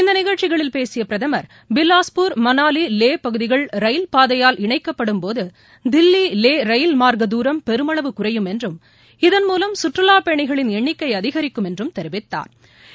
இந்த நிகழ்ச்சிகளில்பேசிய பிரதமா் பிலாஸ்பூர் மணாலி லேஹ் பகுதிகள் ரயில் பாதையால் இணைக்கப்படும்போது தில்லி லேஹ் ரயில் மார்க்க தூரம் பெருமளவு குறையும் என்றும் இதன்மூலம் சுற்றுலா பயணிகளின் எண்ணிக்கை அதிகரிக்கும் என்றும் தெரிவித்தாா்